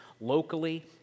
locally